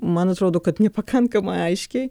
man atrodo kad nepakankamai aiškiai